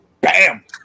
Bam